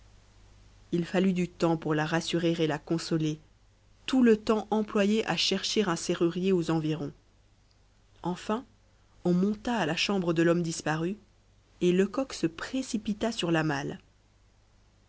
il fallut du temps pour la rassurer et la consoler tout le temps employé à chercher un serrurier aux environs enfin on monta à la chambre de l'homme disparu et lecoq se précipita sur la malle